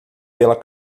pela